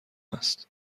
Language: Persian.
است